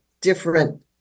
different